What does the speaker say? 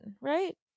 right